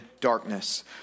darkness